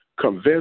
convince